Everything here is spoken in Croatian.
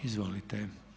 Izvolite.